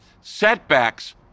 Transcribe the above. Setbacks